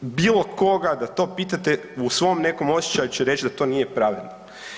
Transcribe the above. bilo koga da to pitate u svom nekom osjećaju će reć da to nije pravedno.